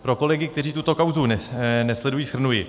Pro kolegy, kteří tuto kauzu nesledují, shrnuji.